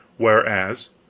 whereas,